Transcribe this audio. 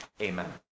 Amen